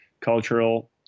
cultural